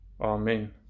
Amen